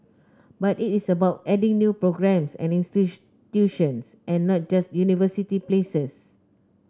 but it is about adding new programmes and institutions and not just university places